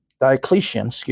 Diocletian